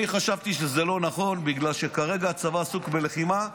אני חשבתי שזה לא נכון בגלל שכרגע הצבא עסוק בלחימה,